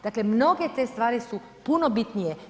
Dakle mnoge te stvari su puno bitnije.